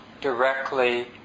directly